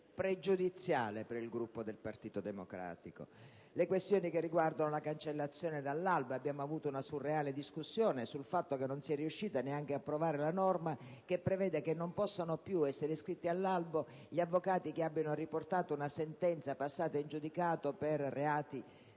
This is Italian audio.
pregiudiziale per il Gruppo del Partito Democratico), la cancellazione dall'albo (abbiamo avuto una surreale discussione sul fatto che non si è riusciti neanche ad approvare la norma che prevede che non possano essere più iscritti all'albo gli avvocati che abbiano riportato una sentenza di condanna passata in giudicato per reati